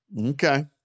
Okay